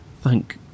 Thank